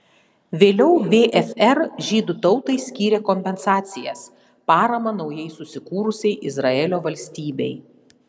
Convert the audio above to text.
vėliau vfr žydų tautai skyrė kompensacijas paramą naujai susikūrusiai izraelio valstybei